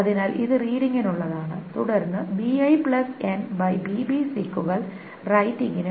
അതിനാൽ ഇത് റീഡിങ്ങിനുള്ളതാണ് തുടർന്ന് സീക്കുകൾ റൈറ്റിംഗിനും